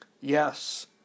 Yes